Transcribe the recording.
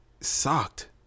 sucked